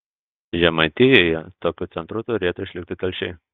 žemaitijoje tokiu centru turėtų išlikti telšiai